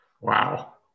Wow